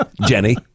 Jenny